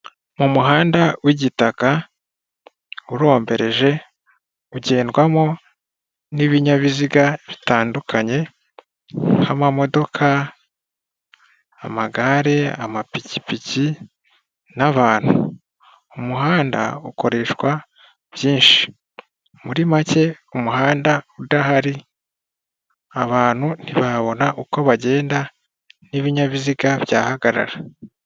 Mu muhanda w'igitaka urombereje, ugendwamo n'ibinyabiziga bitandukanye nk'amamodoka, amagare amapikipiki, nabantu. Umuhanda ukoreshwa byinshi, muri make umuhanda udahari abantu ntibabona uko bagenda n'ibinyabiziga byahagarara.